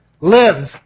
lives